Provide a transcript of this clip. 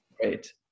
great